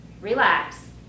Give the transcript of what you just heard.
relax